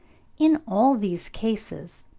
in all these cases,